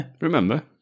Remember